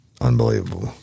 unbelievable